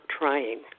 trying